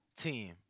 team